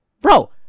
bro